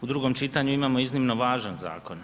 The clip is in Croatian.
U drugom čitanju imamo iznimno važan zakon.